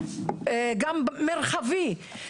גם מרחבי,